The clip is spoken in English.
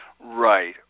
Right